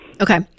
Okay